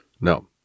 No